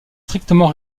strictement